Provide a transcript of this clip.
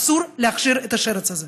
אסור להכשיר את השרץ הזה.